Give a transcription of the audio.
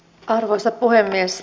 arvoisa puhemies